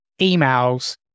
emails